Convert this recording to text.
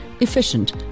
efficient